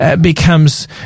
becomes